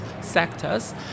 sectors